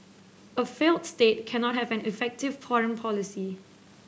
a failed state cannot have an effective foreign policy